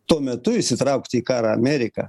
tuo metu įsitraukti į karą ameriką